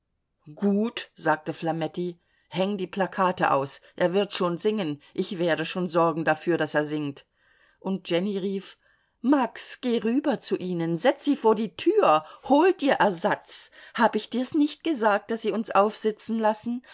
gut sagte flametti häng die plakate aus er wird schon singen ich werde schon sorgen dafür daß er singt und jenny rief max geh rüber zu ihnen setz sie vor die tür hol dir ersatz hab ich dir's nicht gesagt daß sie uns aufsitzen lassen